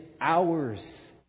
hours